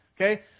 Okay